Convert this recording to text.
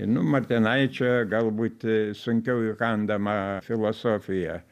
nu martinaičio galbūt sunkiau įkandama filosofija